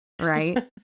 right